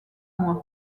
mois